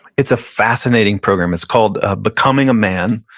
it's a fascinating program. it's called ah becoming a man.